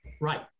Right